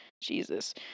Jesus